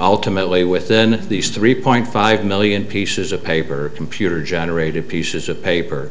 ultimately within these three point five million pieces of paper computer generated pieces of paper